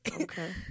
Okay